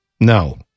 No